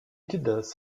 does